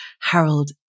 Harold